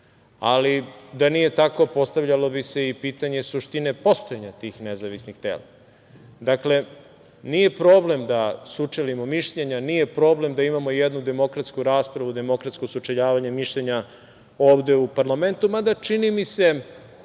Da nije tako postavljalo bi se i pitanje suštine postojanja tih nezavisnih tela. Dakle, nije problem da sučelimo mišljenja, nije problem da imamo jednu demokratsku raspravu, demokratsko sučeljavanje mišljenja ovde u parlamentu, mada čini mi se,